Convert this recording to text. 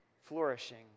flourishing